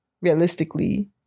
realistically